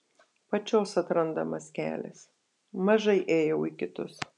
pačios atrandamas kelias mažai ėjau į kitus